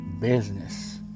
business